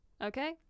Okay